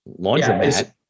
laundromat